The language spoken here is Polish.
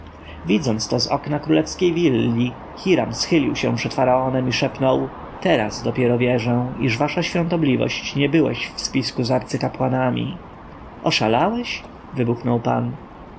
widząc to z okna królewskiej willi hiram schylił się przed faraonem i szepnął teraz dopiero wierzę iż wasza świątobliwość nie byłeś w spisku z arcykapłanami oszalałeś wybuchnął pan